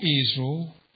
Israel